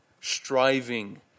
striving